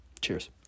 Cheers